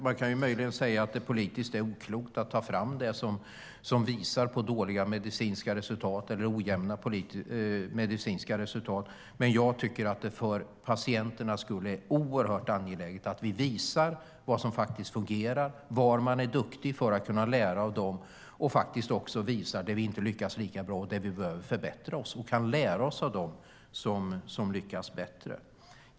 Man kan möjligen säga att det politiskt sett är oklokt att ta fram det som visar på dåliga eller ojämna medicinska resultat, men jag tycker att det för patienternas skull är oerhört angeläget att vi visar vad som faktiskt fungerar och var vi är duktiga - för att kunna lära av det. Vi ska också visa det vi inte är lika bra på och det vi behöver förbättra. Vi kan lära oss av dem som lyckas bättre.